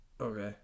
Okay